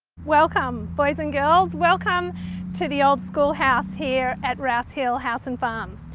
welcome boys and girls, welcome to the old school house here at rouse hill house and farm.